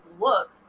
look